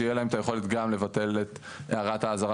כדי שתהיה להם יכולת לבטל גם את הערת האזהרה